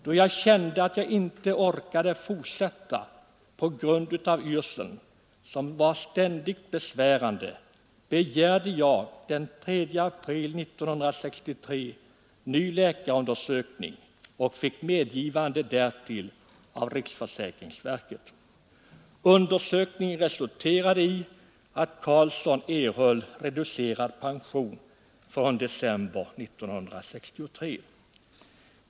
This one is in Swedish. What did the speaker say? Då jag kände att jag inte orkade fortsätta på grund av yrseln som var ständigt besvärande, begärde jag den 3 april 1963 ny läkarundersökning och fick medgivande därtill av riksförsäkringsverket.” Undersökningen resulterade i att Karlsson erhöll reducerad pension från december 1963.